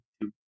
two